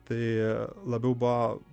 tai labiau buvo